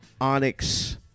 Onyx